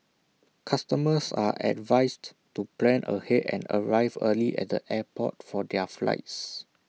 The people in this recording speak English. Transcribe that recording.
customers are advised to plan ahead and arrive early at the airport for their flights